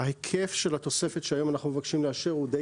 ההיקף של התוספת שהיום אנחנו מבקשים לאשר הוא די